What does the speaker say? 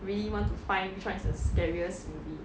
really want to find which one is the scariest movie